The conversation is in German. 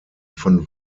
von